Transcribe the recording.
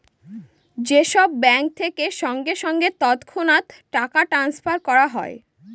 যে সব ব্যাঙ্ক থেকে সঙ্গে সঙ্গে তৎক্ষণাৎ টাকা ট্রাস্নফার করা হয়